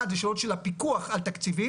אחד זה השאלות של הפיקוח על התקציבים,